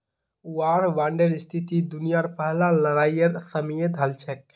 वार बांडेर स्थिति दुनियार पहला लड़ाईर समयेत हल छेक